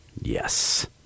Yes